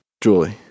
Julie